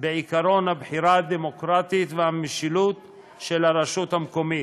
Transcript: בעקרון הבחירה הדמוקרטית והמשילות של הרשות המקומית.